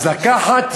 אז לקחת ילד,